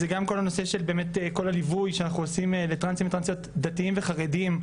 זה גם כל הנושא של הליווי שאנחנו עושים לטרנסים וטרנסיות דתיים וחרדים.